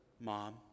mom